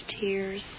tears